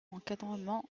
encadrement